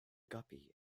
guppy